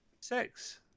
Six